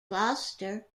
gloucester